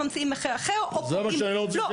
ממציאים מחיר אחר או קובעים --- זה מה שאני לא רוצה,